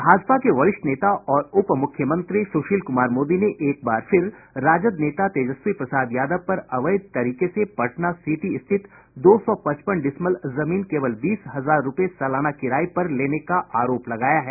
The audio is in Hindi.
भाजपा के वरिष्ठ नेता और उपमुख्यमंत्री सुशील कुमार मोदी ने एक बार फिर राजद नेता तेजस्वी प्रसाद यादव पर अवैध तरीके से पटना सिटी स्थित दो सौ पचपन डिसमल जमीन केवल बीस हजार रुपये सलाना किराये पर लेने का आरोप लगाया है